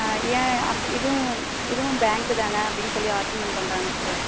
ஆ ஏன் இதுவும் இதுவும் பேங்க்கு தானே அப்படின்னு சொல்லி ஆர்கியூமெண்ட் பண்ணுறாங்க சார்